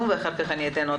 זה ברור שלא נעמיס את זה על